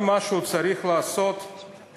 אם צריך לעשות משהו,